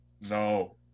No